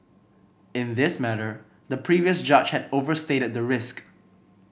in this matter the previous judge had overstated the risk